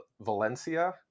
Valencia